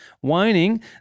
Whining